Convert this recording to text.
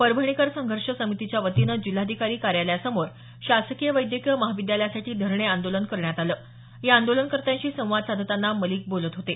परभणीकर संघर्ष समितीच्या वतीनं जिल्हाधिकारी कार्यालयासमोर शासकीय वैद्यकीय महाविद्यालयासाठी धरणे आंदोलन करण्यात आलं या आंदोलनकर्त्यांशी संवाद साधतांना मलिक बोलत होते